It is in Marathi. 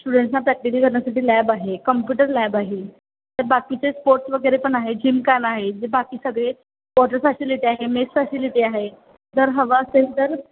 स्टुडंटसना प्रॅक्टिकल करण्यासाठी लॅब आहे कम्प्युटर लॅब आहे तर बाकीचे स्पोर्ट्स वगैरे पण आहे जिमकान आहे जे बाकी सगळे वॉटर फॅसिलिटी आहे मेस फॅसिलिटी आहे जर हवं असेल तर